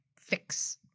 fix